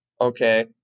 Okay